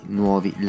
nuovi